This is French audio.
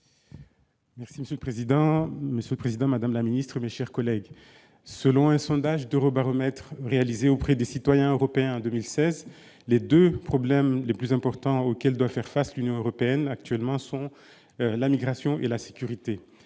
Thani Mohamed Soilihi. Monsieur le président, madame la ministre, mes chers collègues, selon un sondage d'Eurobaromètre réalisé auprès des citoyens européens en 2016, les deux problèmes les plus importants auxquels doit faire face l'Union européenne sont les migrations et la sécurité.